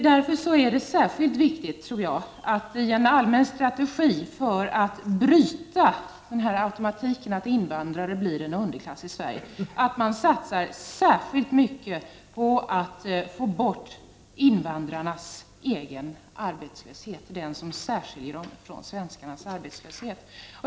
Därför är det särskilt viktigt i en allmän strategi för att bryta denna automatik, att invandrare blir en underklass i Sverige, att man satsar mycket på att få bort invandrarnas egen arbetslöshet, den som särskiljer sig från svenskarnas arbetslöshet.